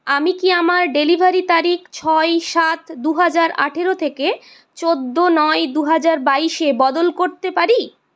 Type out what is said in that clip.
আমি কি আমার ডেলিভারির তারিখ ছয় সাত দু হাজার আঠারো থেকে চোদ্দ নয় দু হাজার বাইশে বদল করতে পারি